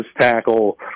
tackle